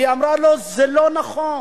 והיא אמרה לו: זה לא נכון,